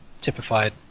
typified